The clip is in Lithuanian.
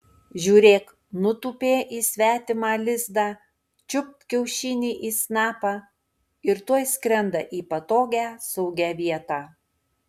žiūrėk nutūpė į svetimą lizdą čiupt kiaušinį į snapą ir tuoj skrenda į patogią saugią vietą